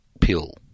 pill